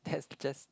that's just